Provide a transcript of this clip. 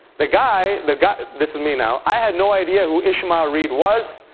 the guy the guy this is me now i had no idea who ishmael reed was.